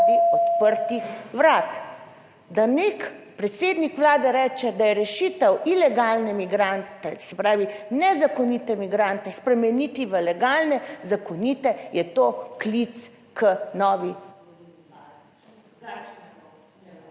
odprtih vrat. Da nek predsednik Vlade reče, da je rešitev ilegalne migrante, se pravi nezakonite migrante spremeniti v legalne, zakonite, je to klic k novi...